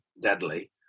deadly